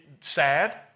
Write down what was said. sad